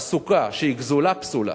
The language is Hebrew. והסוכה שהיא גזולה, פסולה.